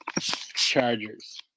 Chargers